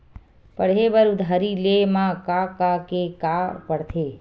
पढ़े बर उधारी ले मा का का के का पढ़ते?